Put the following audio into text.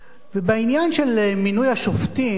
בעניין של מינוי השופטים,